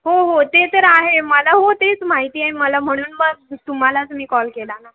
हो हो ते तर आहे मला हो तेच माहिती आहे मला म्हणून मग तुम्हालाच मी कॉल केला ना